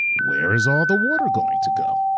where is all the water going to go?